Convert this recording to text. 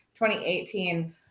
2018